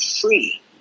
free